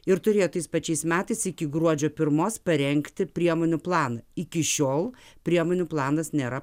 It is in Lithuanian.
ir turėt tais pačiais metais iki gruodžio pirmos parengti priemonių planą iki šiol priemonių planas nėra